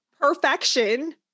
perfection